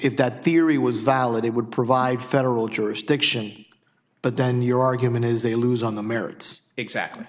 that theory was valid it would provide federal jurisdiction but then your argument is they lose on the merits exactly